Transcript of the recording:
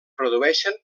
produeixen